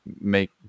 make